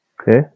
Okay